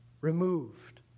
removed